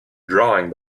drawing